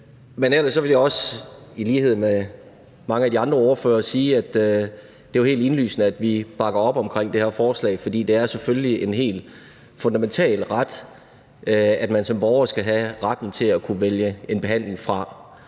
Men ellers vil jeg også – i lighed med mange af de andre ordførere – sige, at det jo er helt indlysende, at vi bakker op om det her forslag, fordi det selvfølgelig er en helt fundamental ret, at man som borger skal have retten til at kunne vælge en behandling fra.